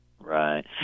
Right